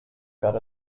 got